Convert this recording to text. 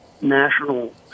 national